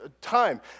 time